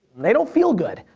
they don't feel good.